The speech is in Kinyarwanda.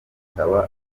bikaba